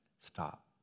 stop